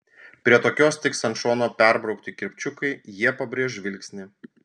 prie tokios tiks ant šono perbraukti kirpčiukai jie pabrėš žvilgsnį